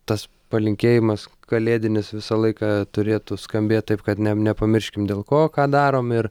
tas palinkėjimas kalėdinis visą laiką turėtų skambėti taip kad ne nepamirškim dėl ko ką darom ir